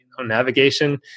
navigation